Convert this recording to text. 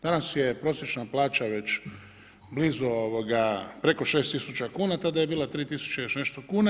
Danas je prosječna plaća već blizu preko 6000 kuna, tada je bila 3000 i još nešto kuna.